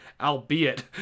albeit